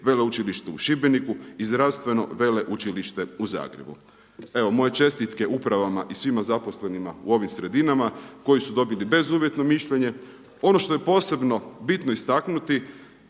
Veleučilište u Šibeniku i Zdravstveno veleučilište u Zagrebu. Evo moje čestitke upravama i svima zaposlenima u ovim sredinama koji su dobili bezuvjetno mišljenje. Ono što je posebno bitno istaknuti